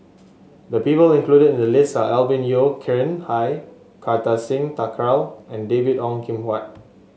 the people included in the list are Alvin Yeo Khirn Hai Kartar Singh Thakral and David Ong Kim Huat